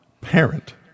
parent